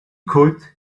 could